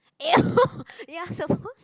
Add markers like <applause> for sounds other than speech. eh <noise> you're supposed